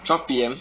twelve P M